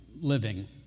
living